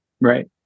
right